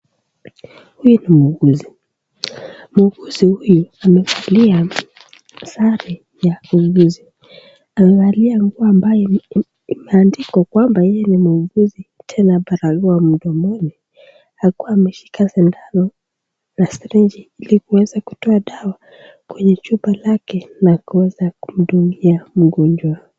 Huyu ni muuguzi, muuguzi huyu amevalia sare ya wauguzi, amavalia nguo ambayo imedikwa kwamba yeye ni muuguzi akiwa na barakoa mdomoni akiwa ameshika sindano na sirenji ili aweze kutoa dawa kwenye chupa yake na kuweza kumdungia mgonjwa.